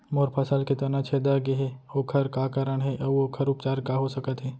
मोर फसल के तना छेदा गेहे ओखर का कारण हे अऊ ओखर उपचार का हो सकत हे?